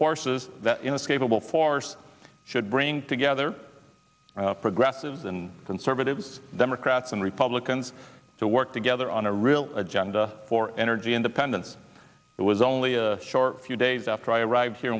forces innes capable force should bring together progressives and conservatives democrats and republicans to work together on a real agenda for energy independence it was only a short few days after i arrived here